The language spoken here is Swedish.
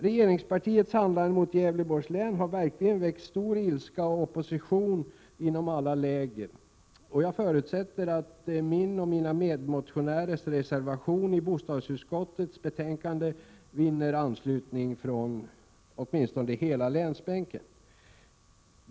Regeringspartiets handlande mot Gävleborgs län har verkligen väckt stor ilska och opposition inom alla läger, och jag förutsätter att min och mina medmotionärers reservation i bostadsutskottets betänkande vinner anslutning från åtminstone hela länsbänken.